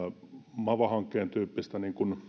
mava hankkeen tyyppistä